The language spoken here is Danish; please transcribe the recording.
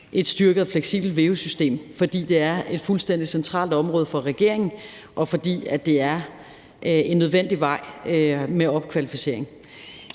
et styrket og fleksibelt veu-system, fordi det er et fuldstændig centralt område for regeringen, og fordi det er en nødvendig vej med opkvalificering.